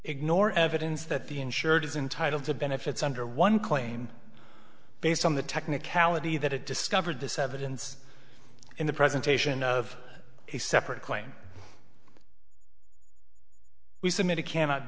ignore evidence that the insured is entitle to benefits under one claim based on the technicality that it discovered this evidence in the presentation of a separate claim we submitted cannot